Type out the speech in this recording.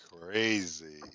crazy